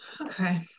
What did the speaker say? okay